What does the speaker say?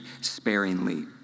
sparingly